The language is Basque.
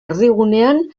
erdigunean